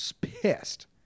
pissed